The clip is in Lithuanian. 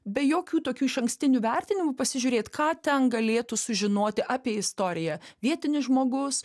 be jokių tokių išankstinių vertinimų pasižiūrėt ką ten galėtų sužinoti apie istoriją vietinis žmogus